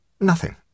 Nothing